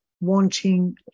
wanting